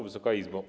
Wysoka Izbo!